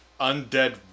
undead